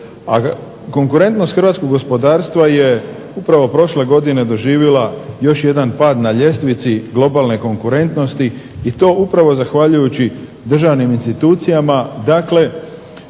konkurentnost hrvatskog gospodarstva je upravo prošle godine doživjela još jedan pad na ljestvici globalne konkurentnosti i to upravo zahvaljujući državnim institucijama.